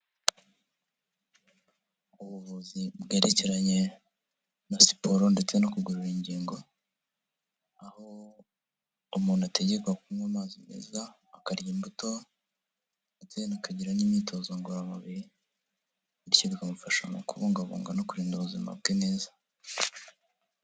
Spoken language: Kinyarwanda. Ubuvuzi bwerekeranye na siporo ndetse no kugorora ingingo, aho umuntu ategekwa kunywa amazi meza, akarya imbuto ndetse akagira n'imyitozo ngororamubiri, bityo bikamufasha mu kubungabunga no kurinda ubuzima bwe neza.